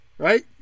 right